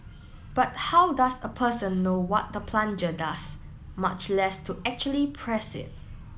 but how does a person know what the plunger does much less to actually press it